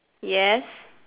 yes